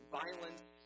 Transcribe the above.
violence